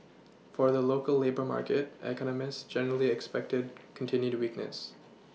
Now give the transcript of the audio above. for the local labour market economists generally expected continued weakness